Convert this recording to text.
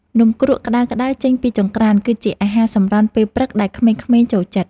នំគ្រក់ក្តៅៗចេញពីចង្ក្រាន គឺជាអាហារសម្រន់ពេលព្រឹកដែលក្មេងៗចូលចិត្ត។